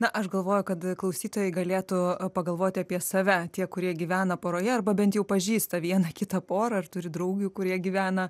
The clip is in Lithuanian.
na aš galvoju kad klausytojai galėtų pagalvoti apie save tie kurie gyvena poroje arba bent jau pažįsta vieną kitą porą ar turi draugių kurie gyvena